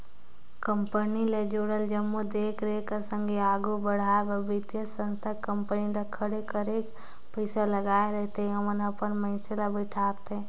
company ले जुड़ल जम्मो देख रेख कर संघे आघु बढ़ाए बर बित्तीय संस्था कंपनी ल खड़े करे पइसा लगाए रहिथे ओमन अपन मइनसे ल बइठारथे